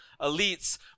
elites